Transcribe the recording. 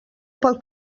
pel